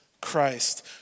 Christ